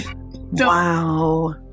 Wow